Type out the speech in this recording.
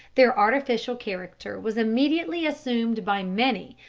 their artificial character was immediately assumed by many,